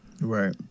Right